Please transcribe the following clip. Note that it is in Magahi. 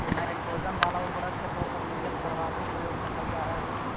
नाइट्रोजन वाला उर्वरक के तौर पर यूरिया के सर्वाधिक प्रयोग देखल जा हइ